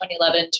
2011